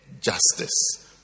justice